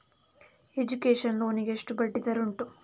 Education loan ಗೆ ಎಷ್ಟು ಬಡ್ಡಿ ದರ ಉಂಟು?